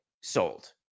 sold